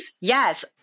Yes